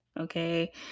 Okay